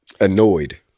annoyed